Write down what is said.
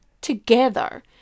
together